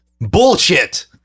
bullshit